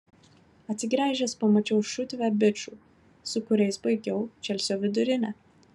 atsigręžęs pamačiau šutvę bičų su kuriais baigiau čelsio vidurinę